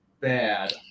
bad